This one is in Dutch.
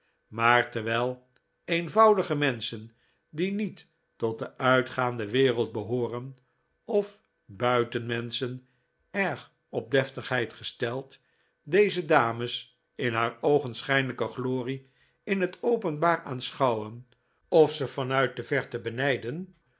maar terwijl eenvoudige menschen die niet tot de uitgaande wereld behooren of buitenmenschen erg op deftigheid gesteld deze dames in haar oogenschijnlijke glorie in het openbaar aanschouwen of ze van uit de verte benijden